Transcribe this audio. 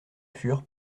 fur